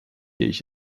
ich